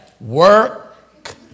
Work